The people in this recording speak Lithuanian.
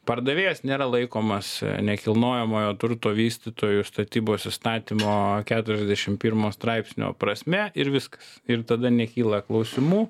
pardavėjas nėra laikomas nekilnojamojo turto vystytoju statybos įstatymo keturiasdešimt pirmo straipsnio prasme ir viskas ir tada nekyla klausimų